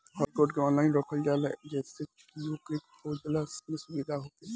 हर record के online रखल जाला जेसे की ओके खोजला में सुबिधा होखे